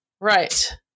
Right